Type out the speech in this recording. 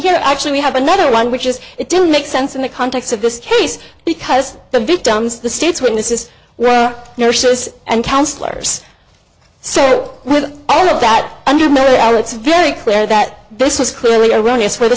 here actually we have another one which is it to make sense in the context of this case because the victims the states when this is nurses and counsellors so with all of that under many are it's very clear that this was clearly erroneous whe